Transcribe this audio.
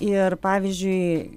ir pavyzdžiui